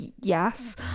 yes